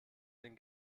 den